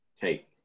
Take